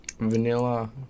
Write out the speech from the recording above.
vanilla